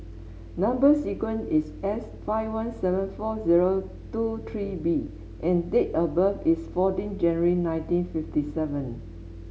number sequence is S five one seven four zero two three B and date of birth is fourteen January nineteen fifty seven